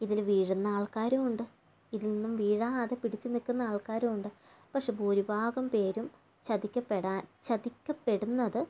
ഇതിൽ വീഴുന്ന ആൾക്കാരും ഉണ്ട് ഇതിലൊന്നും വീഴാതെ പിടിച്ച് നിൽക്കുന്ന ആൾക്കാരും ഉണ്ട് പക്ഷേ ഭൂരിഭാഗം പേരും ചതിക്കപ്പെടാൻ ചതിക്കപ്പെടുന്നത്